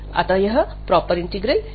अतः यह proper integral है